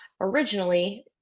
originally